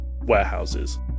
warehouses